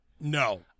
No